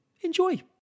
enjoy